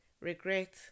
regret